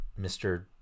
Mr